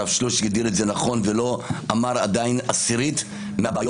הרב שלוש הגדיר את זה נכון ולא אמר עדיין עשירית מהבעיות,